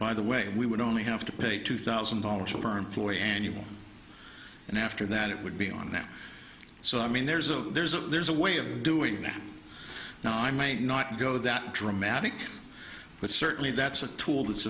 by the way we would only have to pay two thousand dollars or burn floy annual and after that it would be on them so i mean there's a there's a there's a way of doing that now i may not go that dramatic but certainly that's a tool